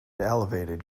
elevated